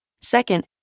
Second